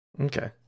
Okay